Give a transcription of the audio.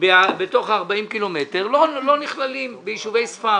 בתוך ה-40 קילומטרים, לא נכללים ביישובי ספר.